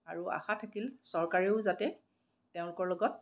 আৰু আশা থাকিল চৰকাৰেও যাতে তেওঁলোকৰ লগত